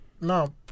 now